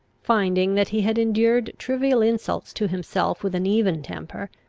finding that he had endured trivial insults to himself with an even temper,